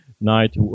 night